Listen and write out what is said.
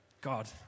God